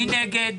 מי נגד?